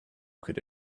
could